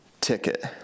ticket